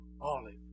olive